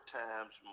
times